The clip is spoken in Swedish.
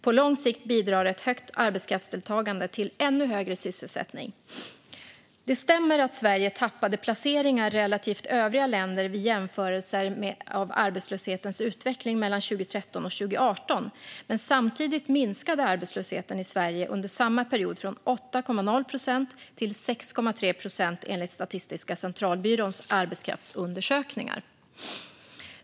På lång sikt bidrar ett högt arbetskraftsdeltagande till ännu högre sysselsättning. Det stämmer att Sverige tappade placeringar i relation till övriga länder vid jämförelser av arbetslöshetens utveckling mellan 2013 och 2018. Men samtidigt minskade arbetslösheten i Sverige under samma period från 8,0 procent till 6,3 procent, enligt Statistiska centralbyråns arbetskraftsundersökningar.